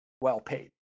well-paid